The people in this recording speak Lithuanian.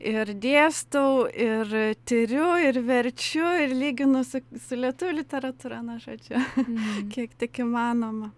ir dėstau ir tiriu ir verčiu ir lyginu su su lietuvių literatūra na žodžiu kiek tik įmanoma